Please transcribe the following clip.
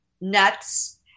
nuts